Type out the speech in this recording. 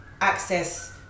access